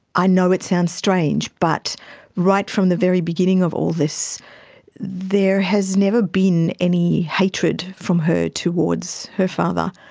i know it sounds strange, but right from the very beginning of all this there has never been any hatred from her towards her father,